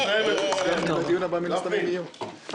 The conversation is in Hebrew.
בין אם בסעיף 38. גפני,